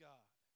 God